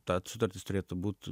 tad sutartis turėtų būt